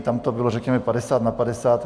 Tam to bylo řekněme padesát na padesát.